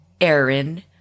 Aaron